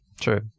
true